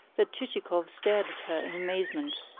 that chichikov stared at her in amazement.